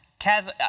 Kaz